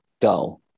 dull